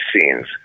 scenes